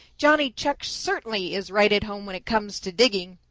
johnny chuck certainly is right at home when it comes to digging.